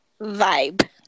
vibe